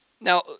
Now